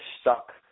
stuck